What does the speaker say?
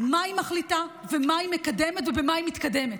מה היא מחליטה ומה היא מקדמת ובמה היא מתקדמת.